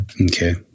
okay